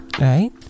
right